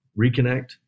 reconnect